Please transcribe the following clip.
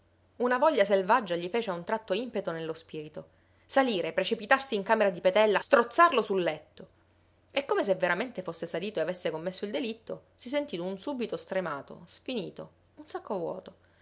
una voglia selvaggia gli fece a un tratto impeto nello spirito salire precipitarsi in camera di petella strozzarlo sul letto e come se veramente fosse salito e avesse commesso il delitto si sentì d'un subito stremato sfinito un sacco vuoto